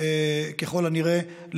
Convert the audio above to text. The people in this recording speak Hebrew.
ככל הנראה,